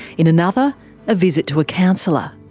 in another a visit to a counsellor.